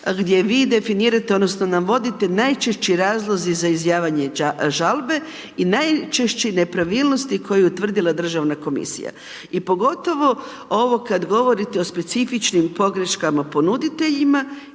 gdje vi definirate odnosno navodite najčešći razlozi za izjavljanje žalbe i najčešće nepravilnosti koje je utvrdila Državna komisija. I pogotovo ovo kad govorite o specifičnim pogreškama ponuditeljima